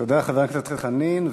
תודה, חבר הכנסת דב חנין.